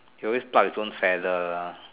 he always pluck his own feather lah